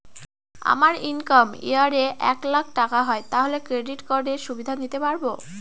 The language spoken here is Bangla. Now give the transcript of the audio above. আমার ইনকাম ইয়ার এ এক লাক টাকা হয় তাহলে ক্রেডিট কার্ড এর সুবিধা নিতে পারবো?